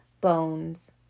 bones